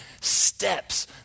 steps